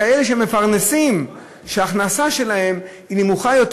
כאלה שמפרנסים ושההכנסה שלהם נמוכה יותר.